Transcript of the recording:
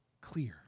clear